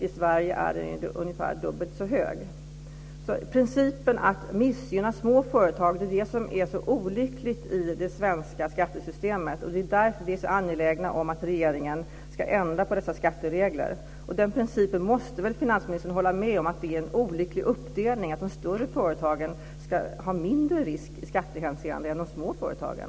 I Sverige är skatten ungefär dubbelt så hög. Principen att missgynna små företag är olycklig i det svenska skattesystemet. Det är därför vi är så angelägna om att regeringen ska ändra på dessa skatteregler. Finansministern måste väl hålla med om att det är en olycklig uppdelning att de större företagen ska ha mindre risk i skattehänseende än de små företagen.